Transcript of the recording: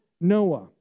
noah